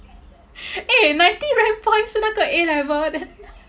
eh ninety rank point 是那个 then